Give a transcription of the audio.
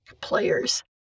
players